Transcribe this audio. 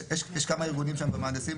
יש כמה ארגונים במהנדסים.